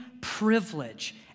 privilege